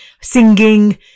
Singing